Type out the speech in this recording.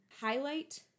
highlight